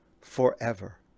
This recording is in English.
forever